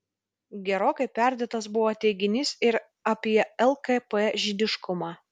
gerokai perdėtas buvo teiginys ir apie lkp žydiškumą